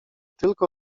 tylko